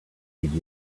could